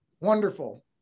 Wonderful